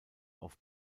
auf